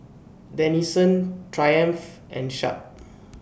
Denizen Triumph and Sharp